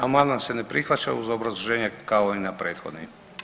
Amandman se ne prihvaća uz obrazloženje kao i na prethodni.